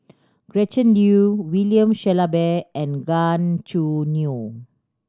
Gretchen Liu William Shellabear and Gan Choo Neo